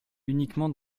uniquement